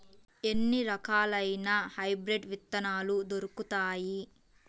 ఎన్ని రకాలయిన హైబ్రిడ్ విత్తనాలు దొరుకుతాయి?